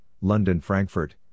London-Frankfurt